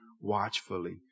watchfully